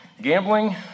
gambling